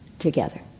together